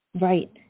Right